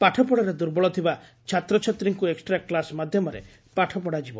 ପାଠପଢାରେ ଦୁର୍ବଳ ଥିବା ଛାତ୍ରଛାତ୍ରୀଙ୍କୁ ଏକୃଷ୍ତା କ୍ଲାସ ମାଧ୍ଧମରେ ପାଠପଢା ଯିବ